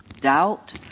Doubt